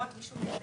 יפה.